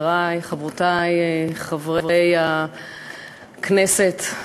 חברי וחברותי חברי הכנסת,